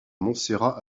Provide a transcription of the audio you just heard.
montserrat